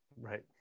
Right